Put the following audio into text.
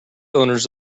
owners